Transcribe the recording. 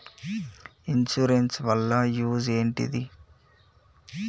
Insurance వాళ్ల use ఏంటిది?